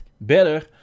better